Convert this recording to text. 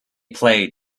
play